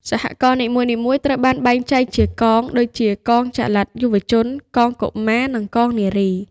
សហករណ៍នីមួយៗត្រូវបានបែងចែកជា "កង" ដូចជា កងចល័តយុវជន កងកុមារ និងកងនារី។